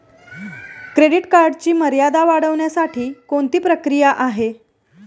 Credit कार्डची मर्यादा वाढवण्यासाठी कोणती प्रक्रिया आहे?